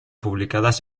publicadas